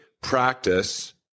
practice